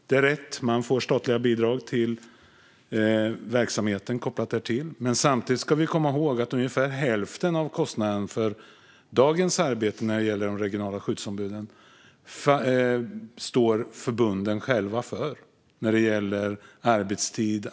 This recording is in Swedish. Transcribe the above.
Det är riktigt att det finns statliga bidrag till verksamheten, men samtidigt ska vi komma ihåg att ungefär hälften av kostnaden för dagens arbete när det gäller de regionala skyddsombuden står förbunden själva för när det gäller till exempel arbetstid.